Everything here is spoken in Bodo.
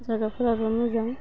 जायगाफोराबो मोजां